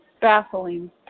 baffling